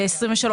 ב-2023,